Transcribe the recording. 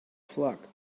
flock